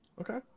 Okay